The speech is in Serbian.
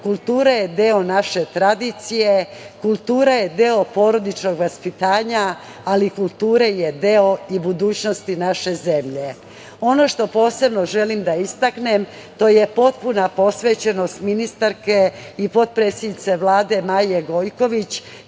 kultura je deo naše tradicije, kultura je deo porodičnog vaspitanja, ali kultura je deo i budućnosti naše zemlje. Ono što posebno želim da istaknem, to je potpuna posvećenost ministarke i potpredsednice Vlade, Maje Gojković,